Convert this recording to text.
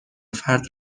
فرد